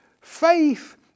Faith